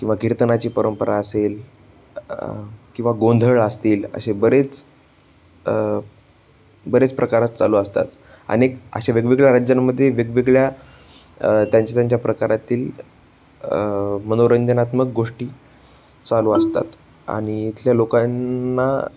किंवा कीर्तनाची परंपरा असेल किंवा गोंधळ असतील असे बरेच बरेच प्रकारात चालू असतात आणि अशा वेगवेगळ्या राज्यांमधे वेगवेगळ्या त्यांच्या त्यांच्या प्रकारातील मनोरंजनात्मक गोष्टी चालू असतात आणि इथल्या लोकांना